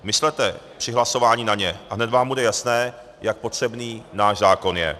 Myslete při hlasování na ně a hned vám bude jasné, jak potřebný náš zákon je.